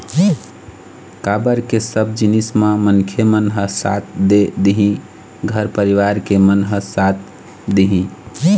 काबर के सब जिनिस म मनखे मन ह साथ दे दिही घर परिवार के मन ह साथ दिही